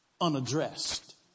unaddressed